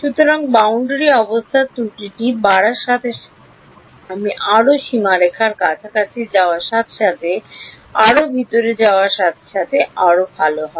সুতরাং বাউন্ডারি অবস্থার ত্রুটিটি বাড়ার সাথে সাথে আমি আরও সীমারেখার কাছাকাছি যাওয়ার সাথে সাথে আরও ভিতরে যাওয়ার সাথে সাথে আরও ভাল হয়